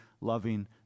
loving